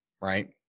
Right